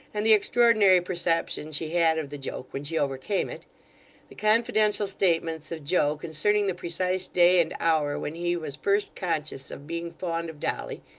and the extraordinary perception she had of the joke when she overcame it the confidential statements of joe concerning the precise day and hour when he was first conscious of being fond of dolly,